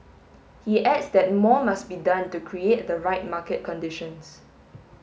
he adds that more must be done to create the right market conditions